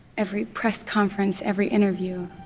every press conference, every interview.